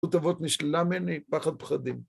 זכות אבות נשללה ממני, פחד פחדים.